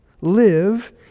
live